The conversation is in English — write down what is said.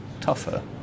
tougher